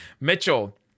Mitchell